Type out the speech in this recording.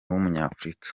w’umunyafurika